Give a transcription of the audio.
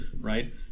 right